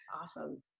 Awesome